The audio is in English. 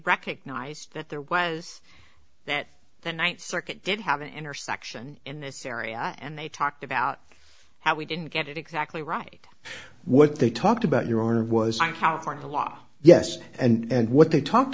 recognized that there was that the ninth circuit did have an intersection in this area and they talked about how we didn't get it exactly right what they talked about your honor of was in california law yes and what they talked